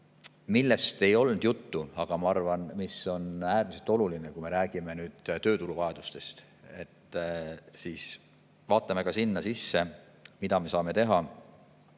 Sellest ei olnud juttu, aga ma arvan, et veel on äärmiselt oluline, et kui me räägime tööturu vajadustest, siis vaatame ka sinna sisse, mida me saame teha,